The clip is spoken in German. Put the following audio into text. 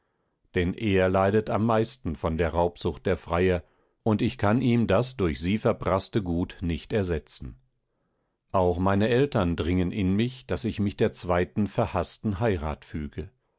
denn er leidet am meisten von der raubsucht der freier und ich kann ihm das durch sie verpraßte gut nicht ersetzen auch meine eltern dringen in mich daß ich mich der zweiten verhaßten heirat füge